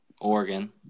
Oregon